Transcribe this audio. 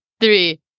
three